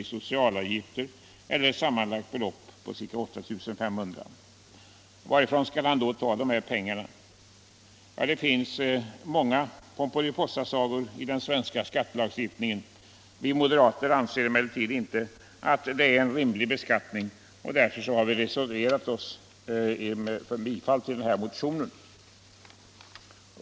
i socialavgift, eller ett sammanlagt belopp på ca 8 500 kr. Varifrån skall han då ta de här pengarna? Ja, det finns många Pomperipossasagor i den svenska skattelagstiftningen. Vi moderater anser emellertid inte att detta är en rimlig beskattning och därför har vi reserverat oss för bifall till denna motion.